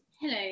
Hello